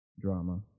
Drama